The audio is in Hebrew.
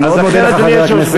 אני מאוד מודה לך, חבר הכנסת.